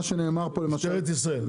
משטרת ישראל,